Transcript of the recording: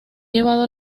llevado